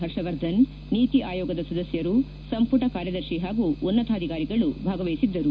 ಹರ್ಷವರ್ಧನ್ ನೀತಿ ಆಯೋಗದ ಸದಸ್ಯರು ಸಂಪುಟ ಕಾರ್ಯದರ್ಶಿ ಹಾಗೂ ಉನ್ನತಾಧಿಕಾರಿಗಳು ಭಾಗವಹಿಸಿದ್ದರು